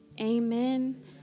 amen